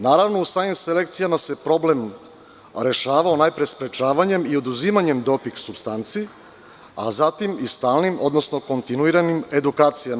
Naravno, u samim selekcijama se problem rešavao najpre sprečavanjem i oduzimanjem doping supstanci, a zatim i stalnim, odnosno kontinuiranim edukacijama.